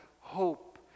hope